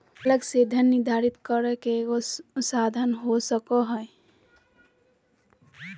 अलग से धन निर्धारित करे के एगो साधन हो सको हइ